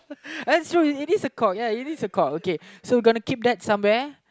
that's true it is a call ya it is a call okay so gonna keep that some where